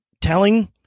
telling